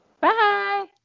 Bye